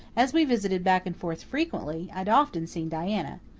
as we visited back and forth frequently, i'd often seen diana.